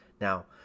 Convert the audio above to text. Now